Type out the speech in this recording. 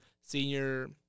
Senior